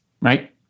right